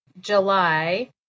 July